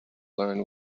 learn